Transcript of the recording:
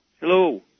Hello